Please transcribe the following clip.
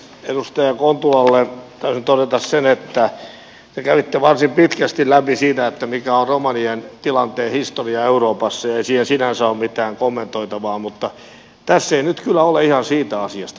edustaja kontulalle tahdon todeta sen että te kävitte varsin pitkästi läpi sen mikä on romanien tilanteen historia euroopassa ja ei siihen sinänsä ole mitään kommentoitavaa mutta tässä ei nyt kyllä ole ihan siitä asiasta kyse